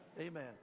Amen